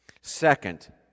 second